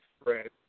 spread